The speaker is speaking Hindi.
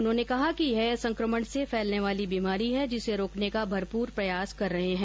उन्होंने कहा कि यह संक्रमण से फैलने वाली बीमारी है जिसे रोकने का भरपूर प्रयास कर रहे हैं